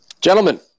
Gentlemen